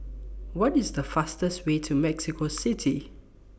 What IS The fastest Way to Mexico City